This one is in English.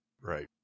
Right